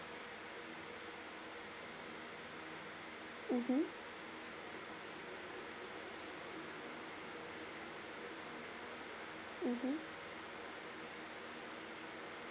mmhmm mmhmm